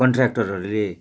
कन्ट्र्याक्टरहरूले